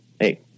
hey